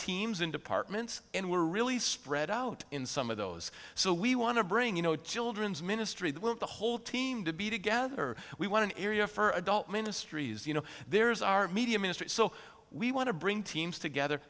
teams in departments and we're really spread out in some of those so we want to bring you know children's ministry that want the whole team to be together we want an area for adult ministries you know there's our media ministry so we want to bring teams together